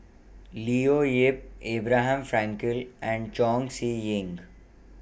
Leo Yip Abraham Frankel and Chong Siew Ying